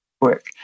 work